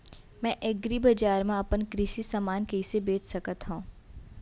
मैं एग्रीबजार मा अपन कृषि समान कइसे बेच सकत हव?